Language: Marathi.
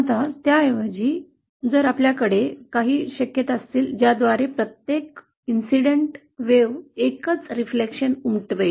आता त्याऐवजी आपल्याकडे जर काही शक्यता असतील ज्याद्वारे प्रत्येक आनुषंगिक लाटेचे एकच प्रतिबिंब उमटेल